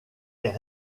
est